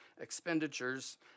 expenditures